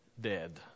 dead